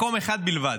מקום אחד בלבד,